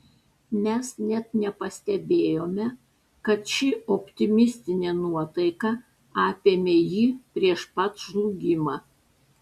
mes net nepastebėjome kad ši optimistinė nuotaika apėmė jį prieš pat žlugimą